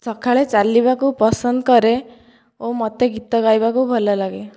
ସକାଳେ ଚାଲିବାକୁ ପସନ୍ଦ କରେ ଓ ମୋତେ ଗୀତ ଗାଇବାକୁ ଭଲ ଲାଗେ